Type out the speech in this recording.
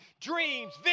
dreams